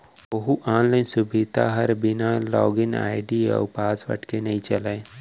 कोहूँ आनलाइन सुबिधा हर बिना लॉगिन आईडी अउ पासवर्ड के नइ चलय